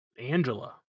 Angela